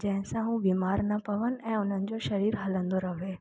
जंहिं सां हूं बीमारु न पवनि ऐं उन्हनि जो शरीरु हलंदो रहे